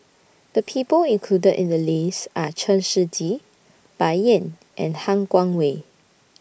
The People included in The list Are Chen Shiji Bai Yan and Han Guangwei